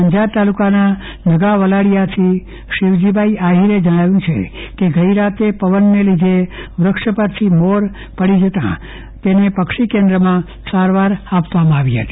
અંજાર તાલુકાના નગાવલાડીયાથી શિવજીભાઈ આહિરે જણાવ્યું છે કે ગઈરાતે પવનને લીધે વૃક્ષ પરથી મોર પડી જતા પક્ષી કેન્દ્રમાં સારવાર અપાઈ હતી